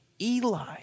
Eli